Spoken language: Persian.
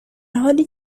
حالی